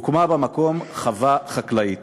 הוקמה במקום חווה חקלאית.